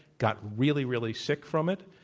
got really, really sick from it.